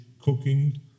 cooking